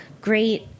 great